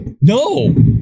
No